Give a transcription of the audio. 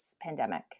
pandemic